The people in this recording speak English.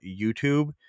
youtube